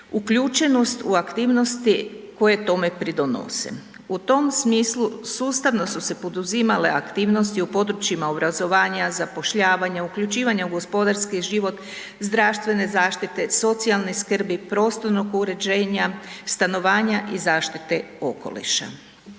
uključenost u aktivnosti koje tome pridonose. U tom smislu sustavno su se poduzimale aktivnosti u područjima obrazovanja, zapošljavanja, uključivanja u gospodarski život, zdravstvene zaštite, socijalne skrbi, prostornog uređenja, stanovanja i zaštite okoliša.